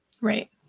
Right